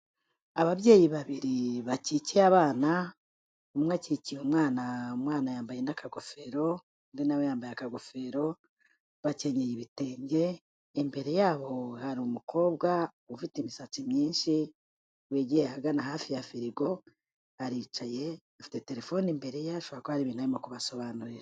Ababyeyi babiri bakikiye abana, umwe akikiye umwana, umwana yambaye n'akagofero undi na we yambaye akagofero, bakenyeye ibitenge, imbere yabo hari umukobwa ufite imisatsi myinshi, wigiye ahagana hafi ya firigo, aricaye afite telefone imbere ye ashobora kuba hari ibintu arimo kubasobanurira.